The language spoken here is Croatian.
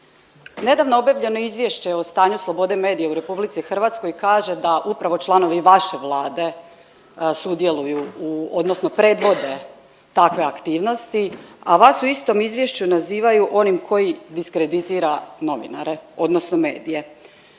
Nedavno objavljeno izvješće o stanju slobode medija u RH kaže da upravo članovi vaše Vlade sudjeluju u odnosno predvode takve aktivnosti, a vas u istom izvješću nazivaju onim koji diskreditira novinare odnosno medije.